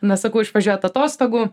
na sakau išvažiuojat atostogų